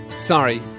Sorry